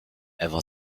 ewa